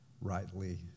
rightly